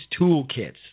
toolkits